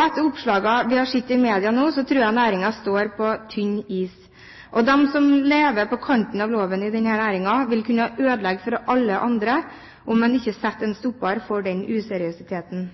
Etter oppslagene vi har sett i media nå, tror jeg næringen er på tynn is. De som lever på kanten av loven i denne næringen, vil kunne ødelegge for alle andre, om man ikke setter en stopper for den useriøsiteten.